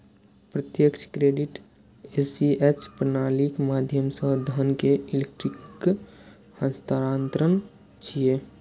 प्रत्यक्ष credit ACH प्रणालीक माध्यम सं धन के इलेक्ट्रिक हस्तांतरण छियै